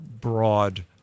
broad